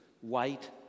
white